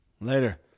Later